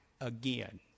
again